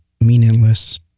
meaningless